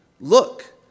Look